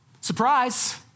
Surprise